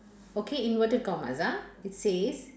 okay inverted commas ah it says